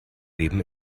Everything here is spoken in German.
leben